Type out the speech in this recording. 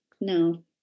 no